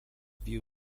view